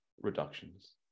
reductions